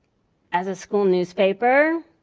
as a school newspaper,